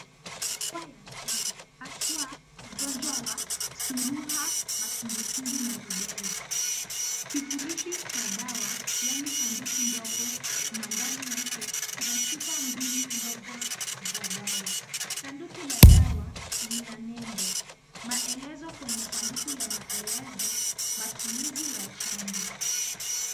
Chupa ya chanjo haswa ugonjwa wa surua, matumbwitumbwi na rubela. Kifurushi cha dawa yaani sanduku ndogo na ndani yake kuna chupa mbili ndogo za dawa. Sanduku la dawa lina nembo, maelezo kwenye sanduku yanaeleza matumizi ya chanjo.